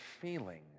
feeling